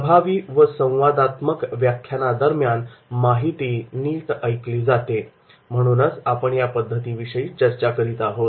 प्रभावी व संवादात्मक व्याख्यानादरम्यान माहिती नीट ऐकली जाते म्हणूनच आपण या पद्धतीविषयी चर्चा करत आहोत